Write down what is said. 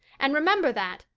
and remember that,